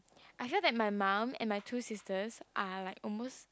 I feel that my mum and my two sisters are like almost